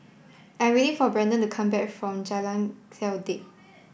I am waiting for Brandon to come back from Jalan Kledek